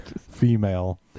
female